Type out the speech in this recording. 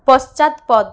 পশ্চাৎপদ